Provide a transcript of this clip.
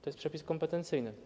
To jest przepis kompetencyjny.